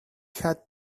had